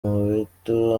mobeto